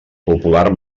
popular